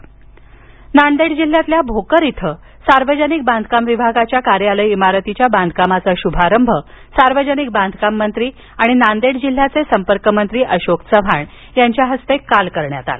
बांधकाम नांदेड जिल्ह्यातील भोकर इथं सार्वजनिक बांधकाम विभागाच्या कार्यालय इमारतीच्या बांधकामाचा शुभारंभ सार्वजनिक बांधकाम मंत्री आणि नांदेड जिल्ह्याचे संपर्कमंत्री अशोक चव्हाण यांच्या हस्ते काल करण्यात आला